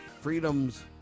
Freedom's